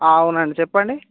అవునండి చెప్పండి